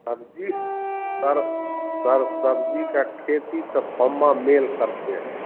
सब्ज़ी sir sir सब्ज़ी की खेती तो बम्मा मेल करते हैं